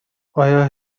آیا